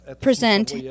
present